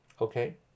Okay